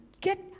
get